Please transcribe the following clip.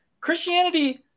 Christianity